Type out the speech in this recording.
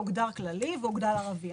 הוגדר כללי והוגדר חרדי וערבי.